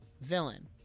villain